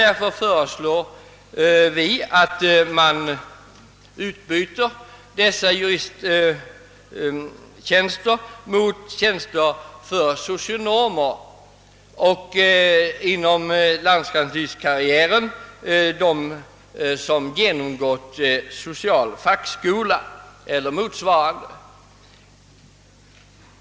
Därför föreslår vi att dessa juristtjänster utbytes mot tjänster för socionomer och, inom landskanslistkarriären, tjänster för personer som genomgått social fackskola eller motsvarande.